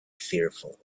fearful